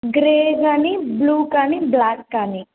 grey కానీ blue కానీ black కానీ